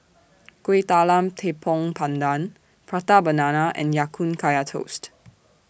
Kuih Talam Tepong Pandan Prata Banana and Ya Kun Kaya Toast